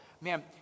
man